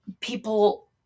People